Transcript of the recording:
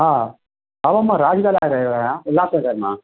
हा भाऊ मां राज ॻाल्हाए रहियो आहियां उल्हास नगर मां